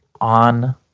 on